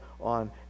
on